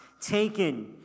Taken